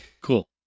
Cool